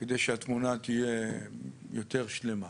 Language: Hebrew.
כדי שהתמונה תהיה יותר שלמה.